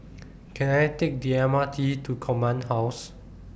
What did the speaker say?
Can I Take The M R T to Command House